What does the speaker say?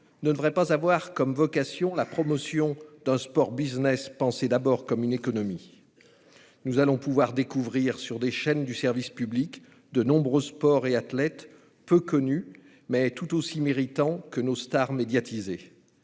ne devrait pas être la promotion d'un « sport business » pensé d'abord comme une économie. Nous allons découvrir sur les chaînes du service public de nombreux sports et athlètes peu connus, mais tout aussi méritants que nos stars médiatisées.